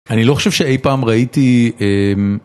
אני לא חושב שאי פעם ראיתי... אהמ…